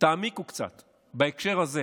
תעמיקו קצת בהקשר הזה.